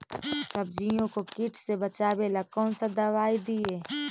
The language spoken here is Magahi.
सब्जियों को किट से बचाबेला कौन सा दबाई दीए?